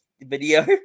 video